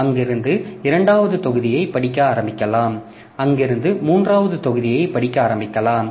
அங்கிருந்து இரண்டாவது தொகுதியைப் படிக்க ஆரம்பிக்கலாம் அங்கிருந்து மூன்றாவது தொகுதியைப் படிக்க ஆரம்பிக்கலாம்